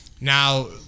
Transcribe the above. Now